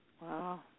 Wow